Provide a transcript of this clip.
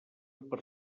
per